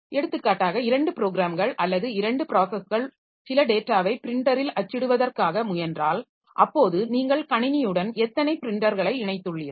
எடுத்துக்காட்டாக 2 ப்ரோக்ராம்கள் அல்லது 2 ப்ராஸஸ்கள் சில டேட்டாவை ப்ரின்டரில் அச்சிடுவதற்காக முயன்றால்அப்போது நீங்கள் கணினியுடன் எத்தனை ப்ரின்டர்களை இணைத்துள்ளீர்கள்